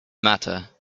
matter